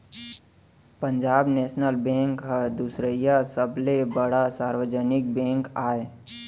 Punjab national bank ह दुसरइया सबले बड़का सार्वजनिक बेंक आय